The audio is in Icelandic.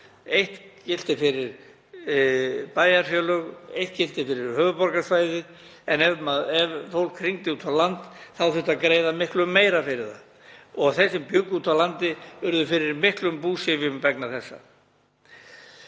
Eitt gilti fyrir bæjarfélög, eitt gilti fyrir höfuðborgarsvæðið en ef fólk hringdi út á land þurfti að greiða miklu meira fyrir það. Þeir sem bjuggu úti á landi urðu fyrir miklum búsifjum vegna þessa.